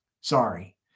Sorry